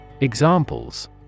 Examples